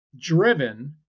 driven